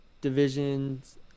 divisions